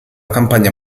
campagna